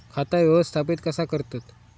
खाता व्यवस्थापित कसा करतत?